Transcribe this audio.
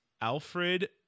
Alfred